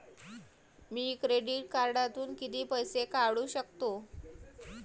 मी credit कार्डातून किती पैसे काढू शकतो?